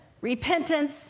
repentance